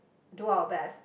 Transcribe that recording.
do our best